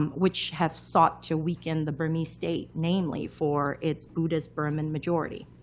which have sought to weaken the burmese state, namely, for its buddhist burman majority.